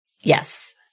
Yes